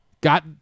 got